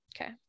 okay